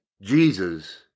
Jesus